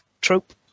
trope